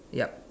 yup